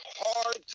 hard